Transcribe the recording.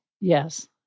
Yes